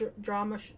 drama